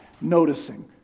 noticing